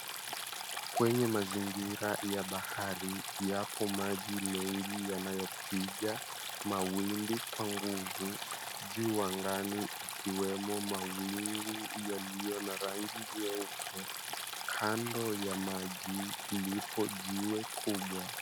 Kwenye mazingira ya bahari yapo maji mengi yanayopiga mawimbi kwa nguvu. Juu angani ikiwemo mawingu yaliyo na rangi nyeupe. Kando ya maji, lipo jiwe kubwa.